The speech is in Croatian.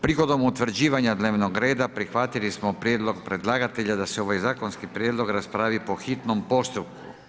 Prigodom utvrđivanja dnevnog reda, prihvatili smo prijedlog predlagatelja da se ovaj zakonski prijedlog raspravi po hitnom postupku.